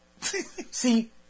See